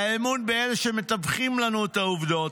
והאמון, באלה שמתווכים לנו את העובדות: